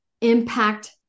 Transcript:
impact